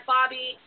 Bobby